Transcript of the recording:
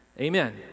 Amen